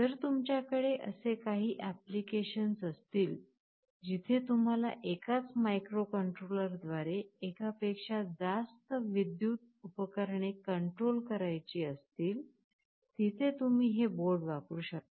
जर तुमच्याकडे असे काही अँप्लिकेशन्स असतील जिथे तुम्हाला एकाच मायक्रोकंट्रोलर द्वारे एकापेक्षा जास्त विद्युत उपकरणे कंट्रोल करायची असतील तिथे तुम्ही ते बोर्ड वापरू शकता